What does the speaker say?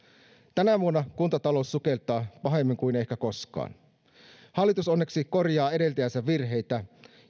tänä vuonna kuntatalous sukeltaa pahemmin kuin ehkä koskaan hallitus onneksi korjaa edeltäjänsä virheitä